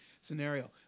scenario